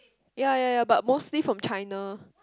ye ye ye but mostly from China